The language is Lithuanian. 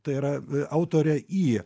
tai yra autorė į